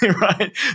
Right